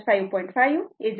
39 25 5